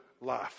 life